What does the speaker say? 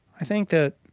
i think that